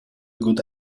good